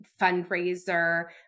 fundraiser